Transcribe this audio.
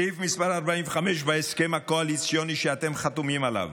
סעיף מס' 45 בהסכם הקואליציוני שאתם חתומים עליו: